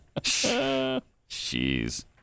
Jeez